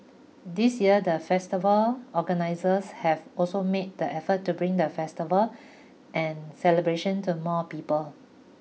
this year the festival organisers have also made the effort to bring the festival and celebrations to more people